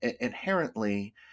inherently